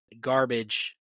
garbage